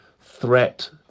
threat